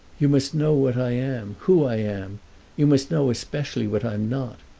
you must know what i am who i am you must know especially what i'm not!